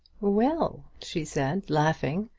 well, she said laughing,